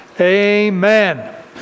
Amen